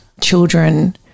children